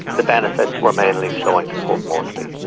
the benefits were mainly flowing to port moresby.